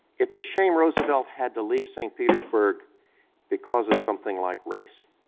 it's a shame roosevelt had to leave st. petersburg because of something like race.